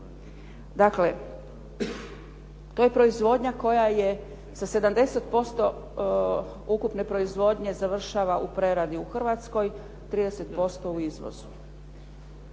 Dakle, to je proizvodnja koja je sa 70% ukupne proizvodnje završava u preradi u Hrvatskoj, 30% u izvozu.